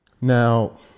Now